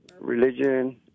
Religion